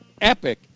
epic